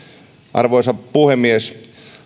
arvoisa puhemies